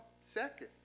second